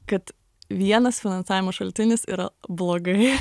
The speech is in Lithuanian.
kad vienas finansavimo šaltinis yra blogai